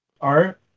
art